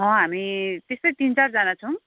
हामी त्यस्तै तिन चारजना छौँ